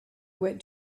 went